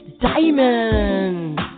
Diamond